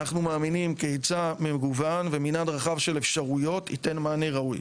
אנחנו מאמינים כי היצע מגוון ומנעד רחב של אפשרויות ייתן מענה ראוי.